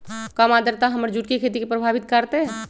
कम आद्रता हमर जुट के खेती के प्रभावित कारतै?